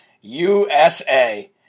usa